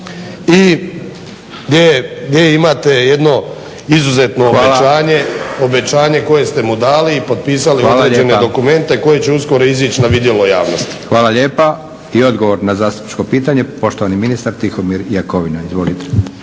i gdje imate jedno izuzetno obećanje, obećanje koje ste mu dali i potpisali određene dokumente koji će uskoro izići na vidjelo javnosti. **Leko, Josip (SDP)** Hvala lijepa. I odgovor na zastupničko pitanje, poštovani ministar Tihomir Jakovina. Izvolite.